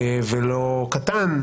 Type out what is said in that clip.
ולא קטן.